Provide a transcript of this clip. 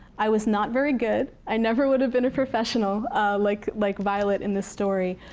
i was not very good. i never would have been a professional like like violet in this story.